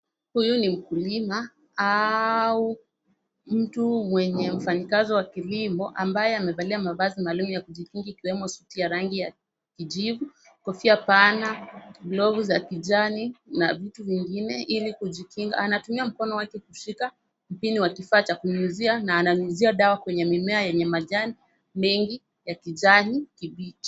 Huyu ni mkulima au mtu mwenye mfanyikazi wa kilimo ambaye amevalia mavazi maalum ya kujikinga ikiwemo suti ya rangi ya kijivu, kofia pana, glovu za kijani na vitu vingine ili kujikinga. Anatumia mkono wake kushika mpini wa kifaa cha kunyunyizia na ananyunyizia dawa kwenye mimea yenye majani mengi ya kijani kibichi.